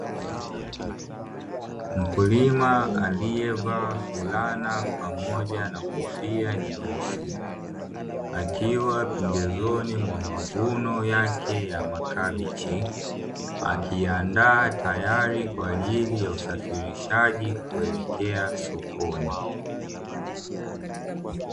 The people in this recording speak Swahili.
Mkulima aliyevaa fulana pamoja na kofia nyeusi, akiwa pembezoni mwa mavuno yake ya makabichi, akiandaa tayari kwa ajili ya usafirishaji kuelekea sokoni.